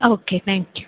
ആ okay thank U